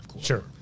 Sure